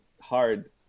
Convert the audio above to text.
hard